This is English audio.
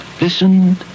listened